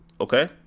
Okay